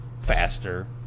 faster